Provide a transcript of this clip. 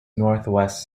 northwest